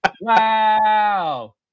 Wow